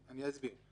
אני אסביר.